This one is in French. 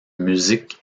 musique